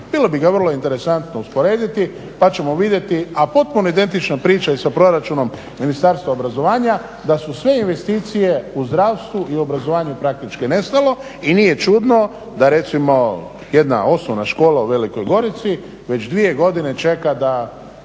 Bilo bi ga vrlo interesantno usporediti pa ćemo vidjeti. A potpuno je identična priča i sa proračunom Ministarstva obrazovanja, da su sve investicije u zdravstvu i obrazovanju praktički nestalo i nije čudno da recimo jedna osnovna škola u Velikoj Gorici već dvije godine čeka da